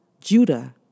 Judah